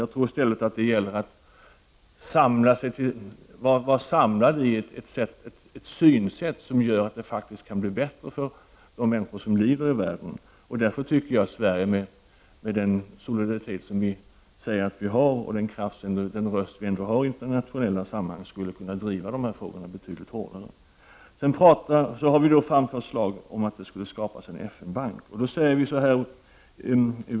Det gäller i stället att vara samlad i ett synsätt som gör att det faktiskt kan bli bättre för de människor som lider i världen. Därför borde Sverige med tanke på den solidaritet som man säger sig hysa och den röst som man ändå har i internationella sammanhang kunna driva dessa frågor betydligt hårdare. Vpk har tillsammans med miljöpartiet framfört förslaget om att en FN bank skall skapas.